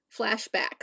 flashbacks